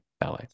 ballet